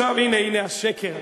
הנה, הנה השקר.